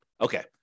Okay